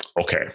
okay